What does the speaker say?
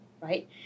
Right